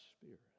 Spirit